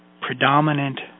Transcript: predominant